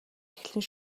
эхэлнэ